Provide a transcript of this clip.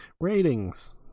Ratings